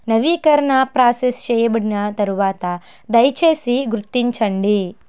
నవీకరణ ప్రాసెస్ చెయ్యబడిన తరువాత దయచేసి గుర్తించండి